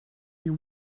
you